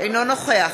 אינו נוכח